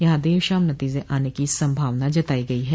यहां देर शाम नतीजे आने की संभावना जताई गई है